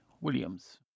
Williams